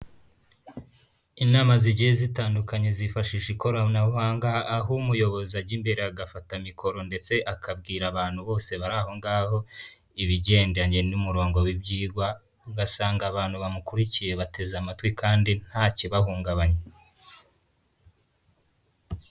Inama zigiye zitandukanye zifashisha ikoranabuhanga aho umuyobozi ajya imbere agafatamikoro ndetse akabwira abantu bose bari aho ngaho ibigendanye n'umurongo w'ibyigwa ugasanga abantu bamukurikiye bateze amatwi kandi nta kibahungabanya.